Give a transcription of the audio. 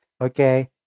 okay